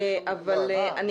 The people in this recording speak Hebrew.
אבל אני